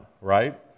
right